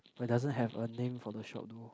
but doesn't have a name for the shop though